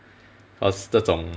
cause 这种